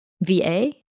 VA